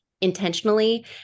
intentionally